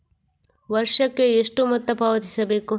ವರ್ಷಕ್ಕೆ ಎಷ್ಟು ಮೊತ್ತ ಪಾವತಿಸಬೇಕು?